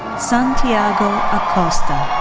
santiago acosta.